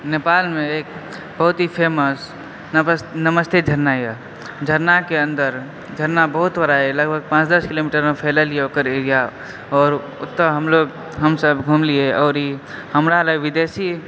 नेपालमे एक बहुत ही फेमस नमस्ते झड़ना यऽ झड़नाके अन्दर झड़ना बहुत बड़ा यऽ पाँच दस किलोमीटरमे फैलल यऽ ओकर एरिया आओर ओतऽ हमलोग हमसब घुमलियै हमरा लग विदेशी